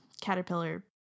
caterpillar